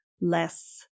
less